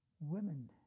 Women